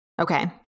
Okay